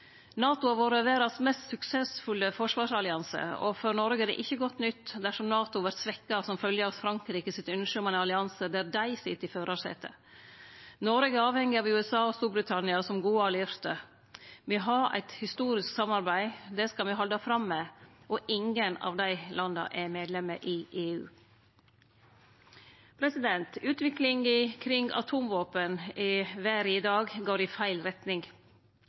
NATO har vore verdas mest suksessfulle forsvarsallianse, og for Noreg er det ikkje godt nytt dersom NATO vert svekt som følgje av Frankrike sitt ønskje om ein allianse der dei sit i førarsetet. Noreg er avhengig av USA og Storbritannia som gode allierte. Me har eit historisk samarbeid. Det skal me halde fram med, og ingen av dei landa er medlem i EU. Utviklinga kring atomvåpen i verda i dag går i feil retning.